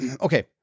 Okay